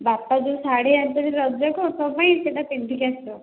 ବାପା ଯେଉଁ ଶାଢ଼ୀ ଆଣିଛନ୍ତି ରଜକୁ ତୋ ପାଇଁ ସେଇଟା ପିନ୍ଧିକି ଆସିବ